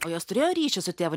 o jos turėjo ryšį su tėvu